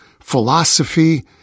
philosophy